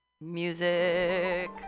Music